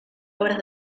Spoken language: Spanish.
obras